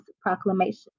proclamation